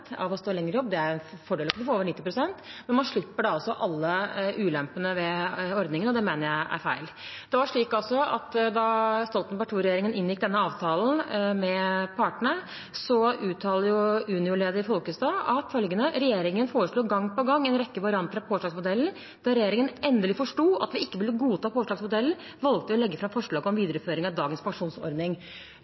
av hvor lenge man står i jobb. Dette var ikke noen hemmelighet den gangen heller, det var helt kjent. Forslaget til representanten Lundteigen vil jo innebære at man kan risikere å få opp mot 90 pst. ved å stå lenger i jobb. Det er en fordel å få over 90 pst., men man slipper da altså alle ulempene ved ordningen, og det mener jeg er feil. Da Stoltenberg II-regjeringen inngikk denne avtalen med partene, uttalte Unio-leder Folkestad: «Regjeringen foreslo gang på gang en rekke varianter av påslagsmodellen. Da regjeringen endelig